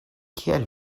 kiel